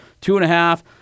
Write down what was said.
two-and-a-half